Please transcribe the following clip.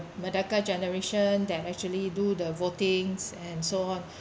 merdeka generation that actually do the votings and so on